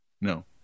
No